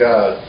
God